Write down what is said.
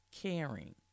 caring